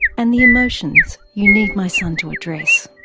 and the emotions you need my son to address.